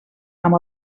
amb